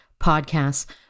podcasts